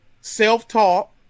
self-taught